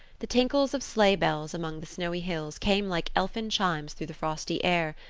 the tinkles of sleigh bells among the snowy hills came like elfin chimes through the frosty air,